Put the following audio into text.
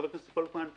חבר הכנסת פולקמן,